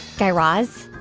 guy raz,